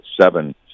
seven